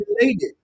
related